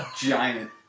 giant